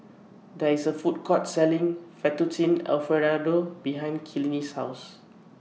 There IS A Food Court Selling Fettuccine Alfredo behind Kinley's House